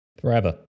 forever